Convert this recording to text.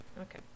Okay